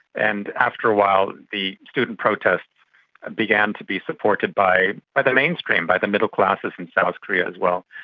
and after a while the student protest began to be supported by by the mainstream, by the middle classes in south korea as well.